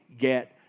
get